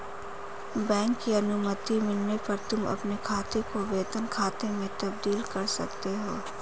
bank की अनुमति मिलने पर तुम अपने खाते को वेतन खाते में तब्दील कर सकते हो